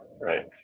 right